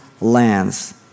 lands